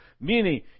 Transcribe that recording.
Meaning